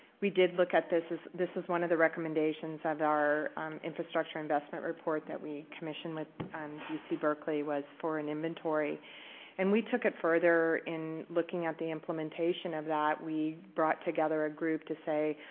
we did look at this this is one of the recommendations of our infrastructure investment report that we commissioned with u c. berkeley was for an inventory and we took it further in looking at the implementation of that. we brought together a group to say,